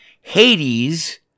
Hades